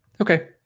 Okay